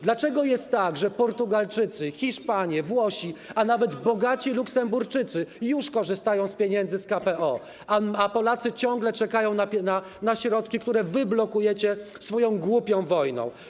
Dlaczego jest tak, że Portugalczycy, Hiszpanie, Włosi a nawet bogaci Luksemburczycy już korzystają z pieniędzy z KPO, a Polacy ciągle czekają na środki, które wy blokujecie swoją głupią wojną?